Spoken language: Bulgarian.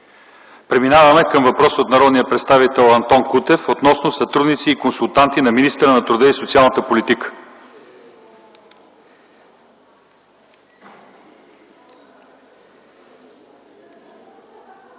Преминаваме към въпрос от народния представител Антон Кутев относно сътрудници и консултанти на министъра на труда и социалната политика.